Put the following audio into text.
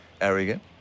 arrogant